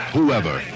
Whoever